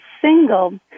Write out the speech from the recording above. single